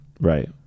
right